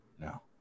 No